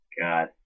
God